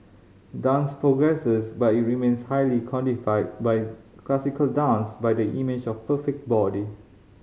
dance progresses but it remains highly codified by classical dance by the image of the perfect body